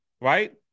Right